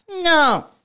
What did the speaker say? No